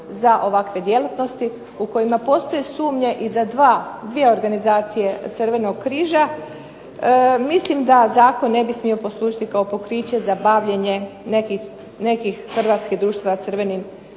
za ovakve djelatnosti, u kojima postoje sumnje za dvije organizacije Crvenog križa, mislim da Zakon ne bio smio poslužiti kao pokriće za bavljenjem nekim Hrvatskih društva Crvenog križa